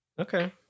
Okay